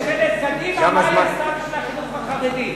אני רוצה להגיד לך שזה עוד כלום לקראת,